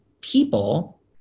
people